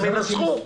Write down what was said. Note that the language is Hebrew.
הם ינסחו.